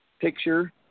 picture